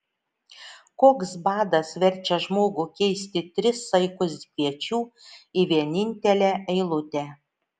koks badas verčia žmogų keisti tris saikus kviečių į vienintelę eilutę